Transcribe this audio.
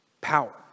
power